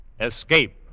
Escape